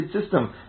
system